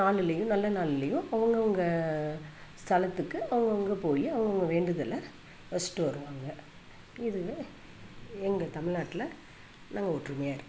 நாள்லையும் நல்ல நாள்லையும் அவங்கவுங்க ஸ்தலத்துக்கு அவங்கவுங்க போய் அவங்கவுங்க வேண்டுதலை வச்சுட்டு வருவாங்க இதுவே எங்கள் தமில்நாட்டில நாங்கள் ஒற்றுமையாக இருக்கோம்